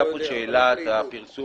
היא פרסום